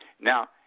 Now